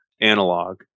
analog